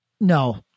no